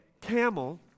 camel